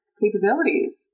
capabilities